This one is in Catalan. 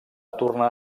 tornar